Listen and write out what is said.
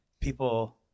people